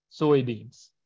soybeans